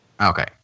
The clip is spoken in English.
Okay